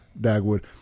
Dagwood